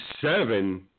seven